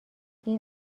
این